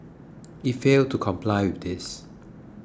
it failed to comply with this